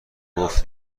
گفت